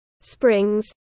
springs